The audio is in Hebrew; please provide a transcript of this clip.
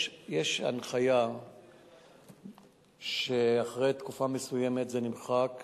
יש הנחיה שאחרי תקופה מסוימת זה נמחק,